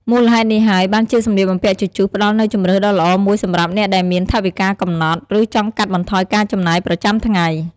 មូលហេតុនេះហើយ បានជាសម្លៀកបំពាក់ជជុះផ្ដល់នូវជម្រើសដ៏ល្អមួយសម្រាប់អ្នកដែលមានថវិកាកំណត់ ឬចង់កាត់បន្ថយការចំណាយប្រចាំថ្ងៃ។